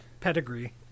pedigree